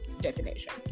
definition